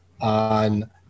on